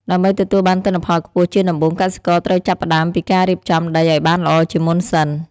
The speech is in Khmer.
ដើម្បីទទួលបានទិន្នផលខ្ពស់ជាដំបូងកសិករត្រូវចាប់ផ្តើមពីការរៀបចំដីឱ្យបានល្អជាមុនសិន។